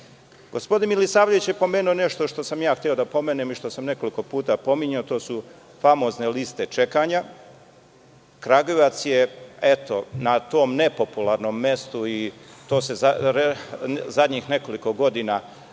RZZO.Gospodin Milisavljević je pomenuo nešto što sam hteo da pomenem i što san nekoliko puta pominjao, to su famozne liste čekanja. Kragujevac je, eto, na tom nepopularnom mestu i to se zadnjih nekoliko godina